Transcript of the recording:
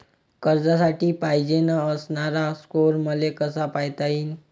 कर्जासाठी पायजेन असणारा स्कोर मले कसा पायता येईन?